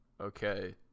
Okay